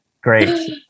Great